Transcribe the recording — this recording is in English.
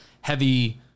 heavy